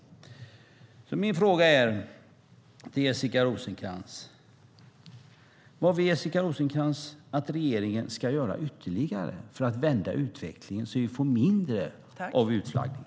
Min fråga till Jessica Rosencrantz är: Vad vill Jessica Rosencrantz att regeringen ska göra ytterligare för att vända utvecklingen, så att vi får mindre av utflaggning?